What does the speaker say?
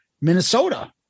Minnesota